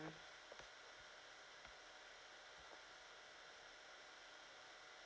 mm